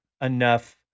enough